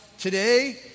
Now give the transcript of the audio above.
Today